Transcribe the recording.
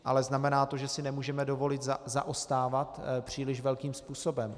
Ale znamená to, že si nemůžeme dovolit zaostávat příliš velkým způsobem.